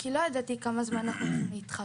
כי לא ידעתי כמה זמן אנחנו נתחבא.